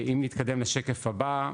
אם נתקדם לשקף הבא,